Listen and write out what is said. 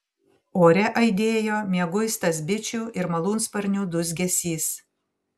ore aidėjo mieguistas bičių ir malūnsparnių dūzgesys